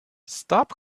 stop